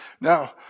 Now